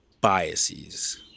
biases